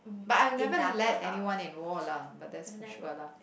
but I will never let anyone in war lah but that's for sure lah